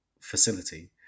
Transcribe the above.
facility